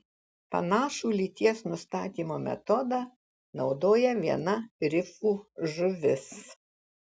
panašų lyties nustatymo metodą naudoja viena rifų žuvis